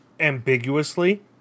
ambiguously